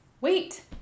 wait